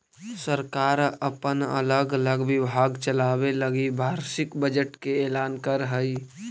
सरकार अपन अलग अलग विभाग चलावे लगी वार्षिक बजट के ऐलान करऽ हई